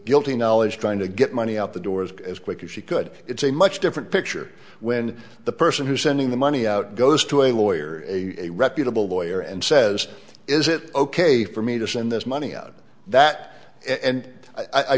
guilty knowledge trying to get money out the door as quick as she could it's a much different picture when the person who's sending the money out goes to a lawyer or a reputable lawyer and says is it ok for me to send this money out of that and i